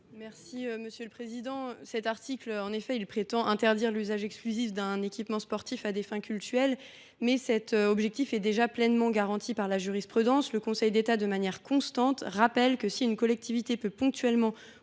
présenter l’amendement n° 12. Cet article interdit l’usage exclusif d’un équipement sportif à des fins cultuelles, mais cet objectif est déjà pleinement garanti par la jurisprudence. Le Conseil d’État, de manière constante, rappelle que, si une collectivité peut ponctuellement